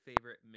favorite